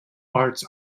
arts